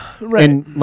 Right